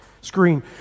screen